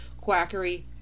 quackery